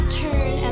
turn